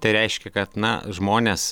tai reiškia kad na žmonės